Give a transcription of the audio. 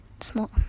small